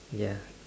ya